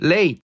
Late